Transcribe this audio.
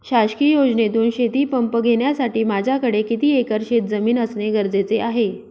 शासकीय योजनेतून शेतीपंप घेण्यासाठी माझ्याकडे किती एकर शेतजमीन असणे गरजेचे आहे?